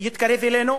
יתקרב אלינו,